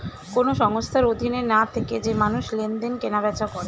কোন সংস্থার অধীনে না থেকে যে মানুষ লেনদেন, কেনা বেচা করে